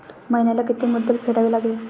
महिन्याला किती मुद्दल फेडावी लागेल?